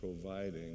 providing